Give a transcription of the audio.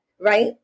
right